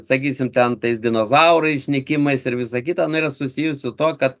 sakysim ten tais dinozaurais nykimais ir visa kita yra susijusi su tuo kad